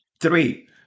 three